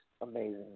amazing